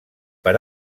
per